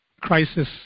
crisis